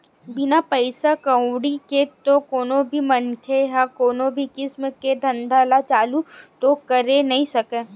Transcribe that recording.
बिना पइसा कउड़ी के तो कोनो भी मनखे ह कोनो भी किसम के धंधा ल चालू तो करे नइ सकय